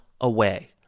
away